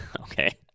Okay